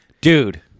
Dude